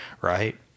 Right